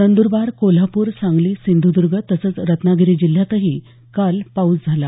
नंदुरबार कोल्हापूर सांगली सिंधुदुर्ग तसंच रत्नागिरी जिल्ह्यातही काल पाऊस झाला